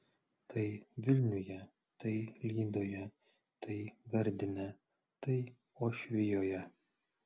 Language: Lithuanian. tai vilniuje tai lydoje tai gardine tai uošvijoje